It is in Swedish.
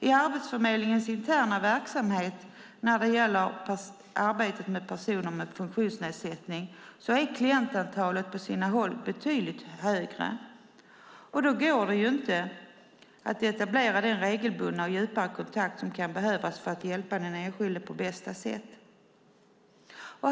I Arbetsförmedlingens interna verksamhet när det gäller arbetet med personer med funktionsnedsättning är klientantalet på sina håll betydligt större. Då går det inte att etablera den regelbundna och djupare kontakt som kan behövas för att hjälpa den enskilde på bästa sätt.